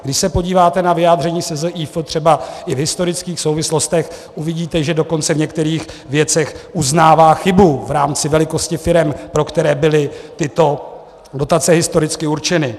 Když se podíváte na vyjádření SZIF, třeba i v historických souvislostech, uvidíte, že dokonce v některých věcech uznává chybu v rámci velikosti firem, pro které byly tyto dotace historicky určeny.